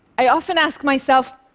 i often ask myself,